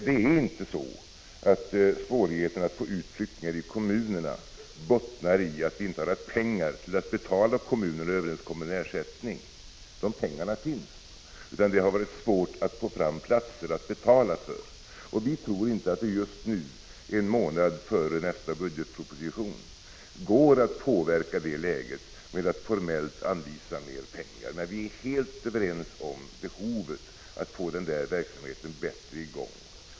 Det är inte så att svårigheten att få ut flyktingar i kommunerna bottnar i att vi inte har pengar att betala kommunerna överenskommen ersättning — de pengarna finns — utan det har varit svårt att få fram platser att betala för. Vi tror inte att det just nu, en månad före nästa budgetproposition, går att påverka det läget med att formellt anvisa mer pengar. Men vi är helt överens om behovet att få verksamheten bättre i gång.